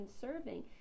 serving